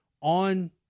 on